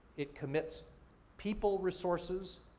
it commits people resources,